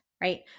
right